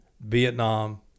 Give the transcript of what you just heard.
Vietnam